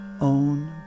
own